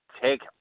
Take